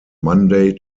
monday